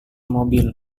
mobil